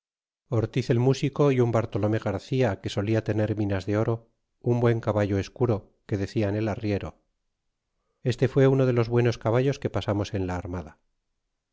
ortiz el músico y un bartolome garcía que solia tener minas de oro un muy buen caballo escuro que decian el arriero este fue uno de los buenos caballos que pasamos en la armada